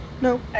No